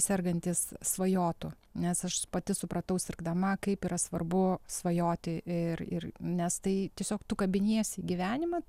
sergantys svajotų nes aš pati supratau sirgdama kaip yra svarbu svajoti ir ir nes tai tiesiog tu kabiniesi į gyvenimą